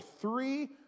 three